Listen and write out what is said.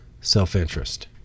self-interest